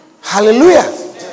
Hallelujah